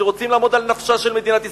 שרוצים לעמוד על נפשה של מדינת ישראל,